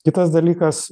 kitas dalykas